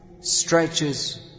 stretches